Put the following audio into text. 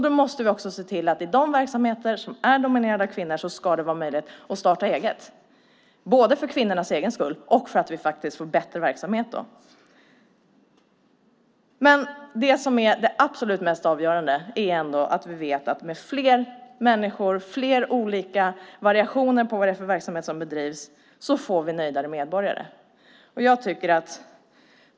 Då måste vi också se till att i de verksamheter som är dominerade av kvinnor ska det vara möjligt att starta eget, både för kvinnornas egen skull och för att vi får bättre verksamhet då. Det som är det absolut mest avgörande är ändå att vi vet att med fler människor och fler olika variationer på den verksamhet som bedrivs får vi nöjdare medborgare.